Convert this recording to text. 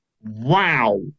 Wow